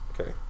Okay